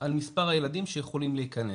על מס' הילדים שיכולים להיכנס.